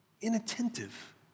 inattentive